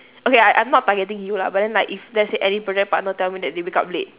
okay I I'm not targeting you lah but then like if let's say any project partner tell me that they wake up late